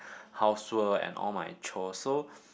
housework and all my chore so